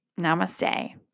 Namaste